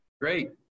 Great